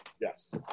Yes